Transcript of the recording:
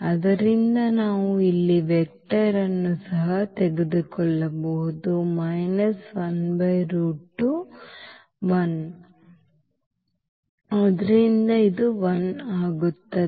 ಆದ್ದರಿಂದ ನಾವು ಇಲ್ಲಿ ವೆಕ್ಟರ್ ಅನ್ನು ಸಹ ತೆಗೆದುಕೊಳ್ಳಬಹುದು ಆದ್ದರಿಂದ ಇದು 1 ಆಗುತ್ತದೆ